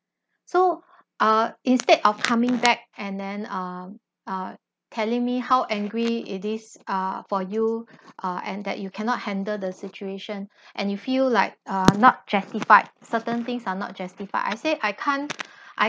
so uh instead of coming back and then uh uh telling me how angry it is uh for you uh and that you cannot handle the situation and you feel like uh not justified certain things are not justified I said I can't I